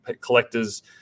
collectors